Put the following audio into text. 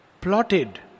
plotted